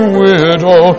widow